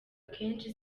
akenshi